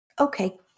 Okay